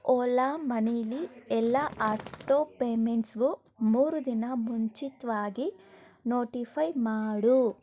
ಓಲಾ ಮನಿಲಿ ಎಲ್ಲ ಆಟೋಪೇಮೆಂಟ್ಸ್ಗೂ ಮೂರು ದಿನ ಮುಂಚಿತವಾಗಿ ನೋಟಿಫೈ ಮಾಡು